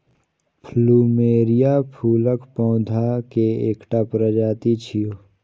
plumeria फूलक पौधा के एकटा प्रजाति छियै